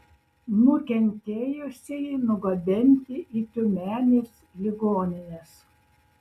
nukentėjusieji nugabenti į tiumenės ligonines